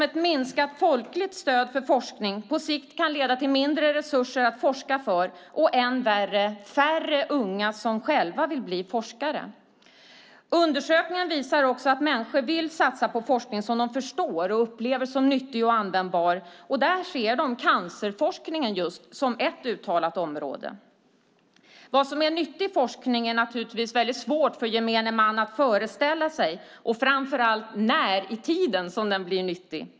Ett minskat folkligt stöd för forskning kan på sikt leda till mindre resurser att forska för och än värre till att färre unga vill bli forskare. Undersökningen visar också att människor vill satsa på forskning som de förstår och upplever som nyttig och användbar. Där ser de cancerforskningen som just ett sådant utpräglat område. Vad som är nyttig forskning är svårt för gemene man att föreställa sig. Det gäller framför allt när i tiden som den blir nyttig.